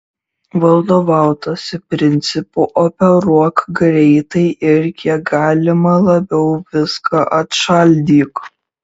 vadovautasi principu operuok greitai ir kiek galima labiau viską atšaldyk